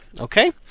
Okay